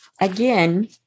again